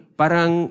parang